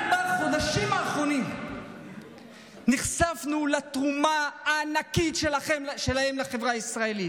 רק בחודשים האחרונים נחשפנו לתרומה הענקית שלהם לחברה הישראלית.